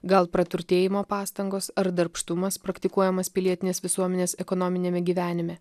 gal praturtėjimo pastangos ar darbštumas praktikuojamas pilietinės visuomenės ekonominiame gyvenime